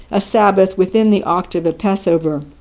a sabbath within the octave of passover.